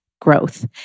growth